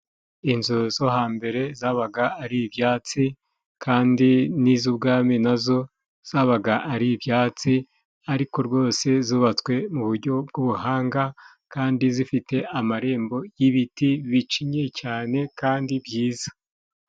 Inzu zo hambere zabaga ari ibyatsi, kandi n' iz'ubwami nazo zabaga ari ibyatsi, ariko zose zubatswe mu buryo bw'ubuhanga, kandi zifite amarembo y'ibiti bicinye cyane kandi byiza.